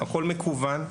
הכול מקוון,